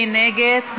מי נגד?